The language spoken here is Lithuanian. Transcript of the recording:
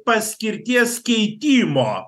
paskirties keitimo